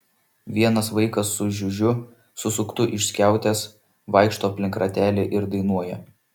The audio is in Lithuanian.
vienas vaikas su žiužiu susuktu iš skiautės vaikšto aplink ratelį ir dainuoja